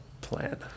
plan